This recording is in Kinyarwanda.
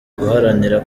guharanira